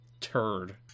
turd